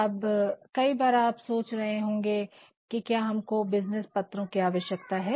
अब आप कई बार सोच रहे होंगे की क्या हमको बिज़नेस पत्रों की आवश्यकता है